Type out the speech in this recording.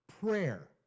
prayer